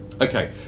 Okay